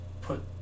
put